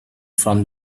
from